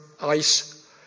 ice